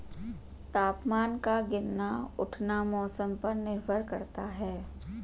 तापमान का गिरना उठना मौसम पर निर्भर करता है